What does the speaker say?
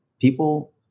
people